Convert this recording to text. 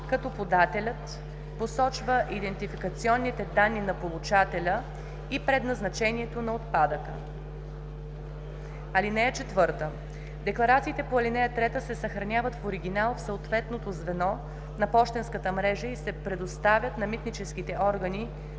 като подателят посочва идентификационните данни на получателя и предназначението на отпадъка. (4) Декларациите по ал. 3 се съхраняват в оригинал в съответното звено на пощенската мрежа и се предоставят на митническите органи